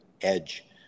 edge